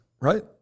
Right